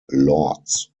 lords